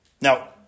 Now